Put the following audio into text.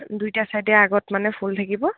দুইটা ছাইডে আগত মানে ফুল থাকিব